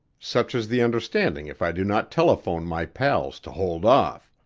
such is the understanding if i do not telephone my pals to hold off.